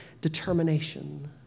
determination